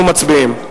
אנחנו מצביעים.